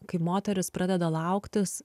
kai moteris pradeda lauktis